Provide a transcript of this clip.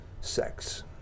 sex